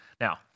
Now